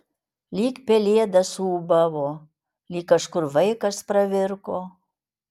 lyg pelėda suūbavo lyg kažkur vaikas pravirko